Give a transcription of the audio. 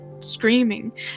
screaming